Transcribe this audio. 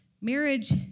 marriage